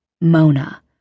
Mona